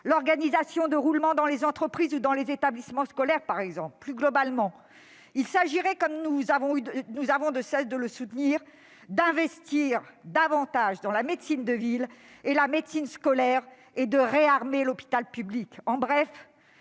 l'organisation de roulements dans les entreprises ou dans les établissements scolaires. Plus globalement, il conviendrait, comme nous n'avons de cesse de le réclamer, d'investir davantage dans la médecine de ville et la médecine scolaire et de réarmer l'hôpital public. En bref,